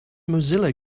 mozilla